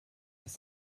ist